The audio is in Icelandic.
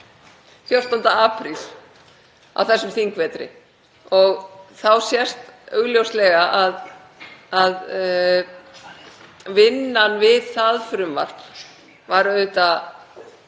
14. apríl á þessum þingvetri og þá sést augljóslega að vinnan við það var auðvitað